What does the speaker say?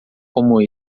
como